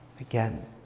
Again